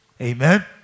Amen